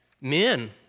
Men